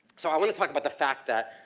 so i wanna talk about the fact that,